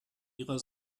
ihrer